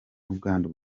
n’ubwandu